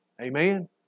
Amen